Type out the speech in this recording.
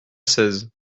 seize